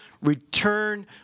return